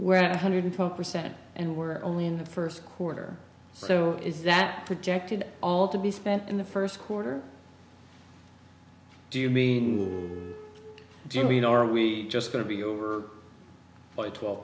we're at one hundred percent and were only in the first quarter so is that projected all to be spent in the first quarter do you mean do you mean are we just going to be over by twelve